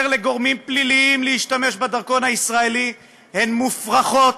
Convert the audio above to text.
לגורמים פליליים להשתמש בדרכון הישראלי הן מופרכות,